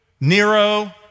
Nero